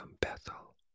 Bethel